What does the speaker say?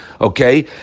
okay